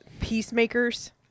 peacemakers